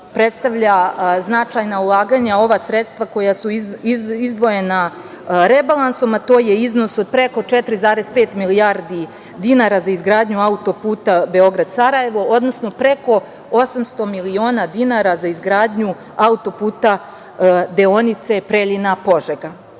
predstavlja značajna ulaganja ova sredstva koja su izdvojena rebalansom, a to je iznos od preko 4,5 milijardi dinara za izgradnju autoputa Beograd-Sarajevo, odnosno preko 800 miliona dinara za izgradnju deonice autoputa Preljina-Požega. Ovaj